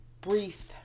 brief